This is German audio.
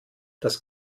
das